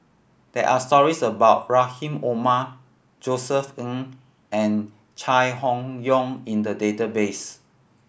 there are stories about Rahim Omar Josef Ng and Chai Hon Yoong in the database